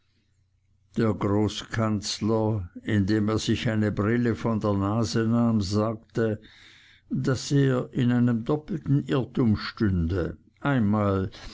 der großkanzler indem er sich eine brille von der nase nahm sagte daß er in einem doppelten irrtum stünde einmal